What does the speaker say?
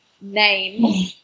name